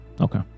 Okay